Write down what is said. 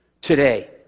today